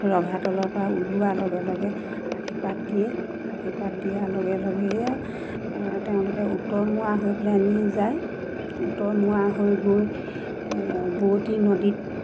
ৰভা তলৰ পৰা ওলোৱাৰ লগে লগে আশীৰ্বাদ দিয়ে আশীৰ্বাদ দিয়া লগে লগে তেওঁলোকে উত্তৰমুৱা হৈ পেলানি যায় উত্তৰমুৱা হৈ গৈ বোৱতী নদীত